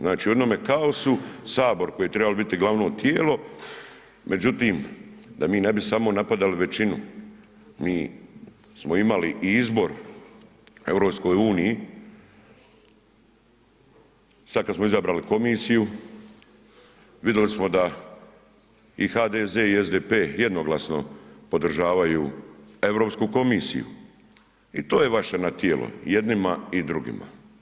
Znači u jednome kaosu Sabor koji je trebao biti glavno tijelo, međutim da mi ne bi samo napadali većinu, mi smo imali i izbor u EU sada kada smo izabrali komisiju vidjeli smo da i HDZ i SDP jednoglasno podržavaju Europsku komisiju i to je vaše nad tijelo i jednima i drugima.